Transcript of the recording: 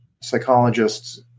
psychologist's